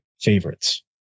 favorites